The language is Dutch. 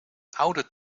oude